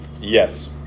Yes